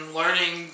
learning